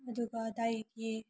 ꯑꯗꯨꯒ ꯑꯗꯨꯋꯥꯏꯗꯒꯤ